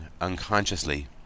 unconsciously